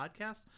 Podcast